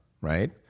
right